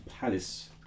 Palace